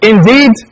Indeed